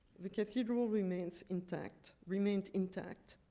the cathedral remains intact remained intact.